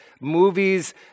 movies